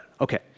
okay